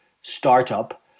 startup